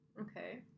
Okay